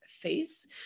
face